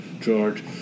George